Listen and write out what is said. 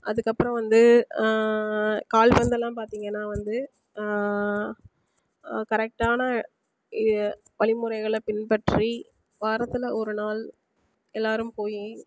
அதுக்கப்புறம் வந்து கால்பந்து எல்லாம் பார்த்தீங்கன்னா வந்து கரெக்டான இ வழிமுறைகளை பின்பற்றி வாரத்தில் ஒரு நாள் எல்லாேரும் போய்